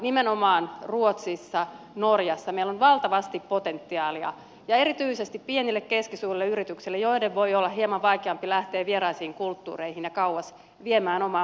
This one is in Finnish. nimenomaan ruotsissa ja norjassa meillä on valtavasti potentiaalia erityisesti pienille keskisuurille yrityksille joiden voi olla hieman vaikeampi lähteä vieraisiin kulttuureihin ja kauas viemään omaa osaamistaan